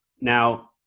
now